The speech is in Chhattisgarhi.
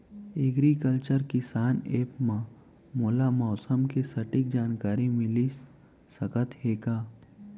एग्रीकल्चर किसान एप मा मोला मौसम के सटीक जानकारी मिलिस सकत हे का?